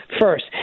first